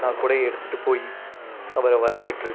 நான் குடைய எடுத்துகிட்டு போய் அவரை வரவேற்று